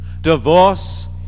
divorce